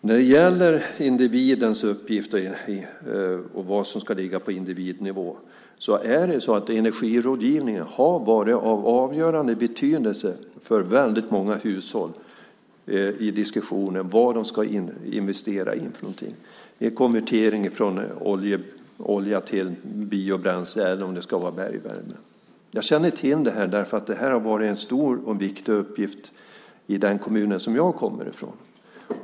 När det gäller individens uppgift och vad som ska ligga på individnivå vill jag säga att energirådgivningen har varit av avgörande betydelse för väldigt många hushåll i diskussionen om vad de ska investera i vid konvertering från olja, om det ska vara till biobränsle eller till bergvärme. Jag känner till det här därför att det har varit en stor och viktig uppgift i den kommun som jag kommer från.